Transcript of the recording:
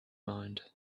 mind